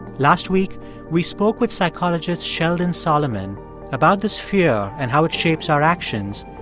last week we spoke with psychologist sheldon solomon about this fear and how it shapes our actions,